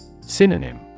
Synonym